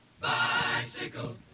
bicycle